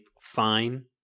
fine